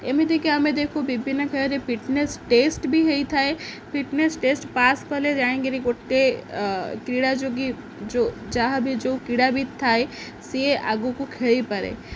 ଏମିତିକି ଆମେ ଦେଖୁ ବିଭିନ୍ନ ଖେଳରେ ଫିଟନେସ୍ ଟେଷ୍ଟ ବି ହେଇଥାଏ ଫିଟନେସ୍ ଟେଷ୍ଟ ପାସ୍ କଲେ ଯାାଇ କିରି ଗୋଟେ କ୍ରୀଡ଼ା ଯୋଗୀ ଯେଉଁ ଯାହା ବି ଯେଉଁ କ୍ରୀଡ଼ାବିତ ଥାଏ ସିଏ ଆଗକୁ ଖେଳିପାରେ